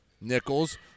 Nichols